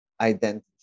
identity